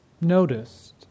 noticed